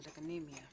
anemia